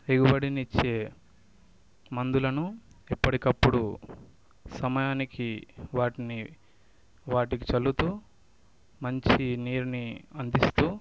ఎగుబడిని ఇచ్చే మందులను ఎప్పటికప్పుడు సమయానికి వాటిని వాటికి చల్లుతూ మంచి నీరుని అందిస్తూ